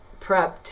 prepped